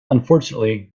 unfortunately